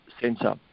sensor